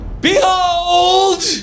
Behold